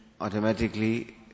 automatically